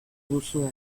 duzue